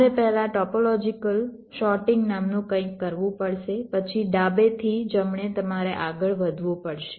તમારે પહેલા topological sorting નામનું કંઈક કરવું પડશે પછી ડાબેથી જમણે તમારે આગળ વધવું પડશે